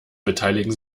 beteiligen